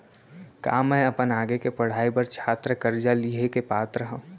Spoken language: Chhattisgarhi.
का मै अपन आगे के पढ़ाई बर छात्र कर्जा लिहे के पात्र हव?